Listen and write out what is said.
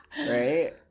Right